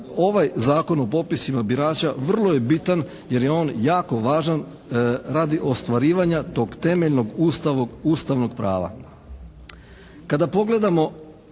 ovaj Zakon o popisima birača vrlo je bitan jer je on jako važan radi ostvarivanja tog temeljnog Ustavnog prava.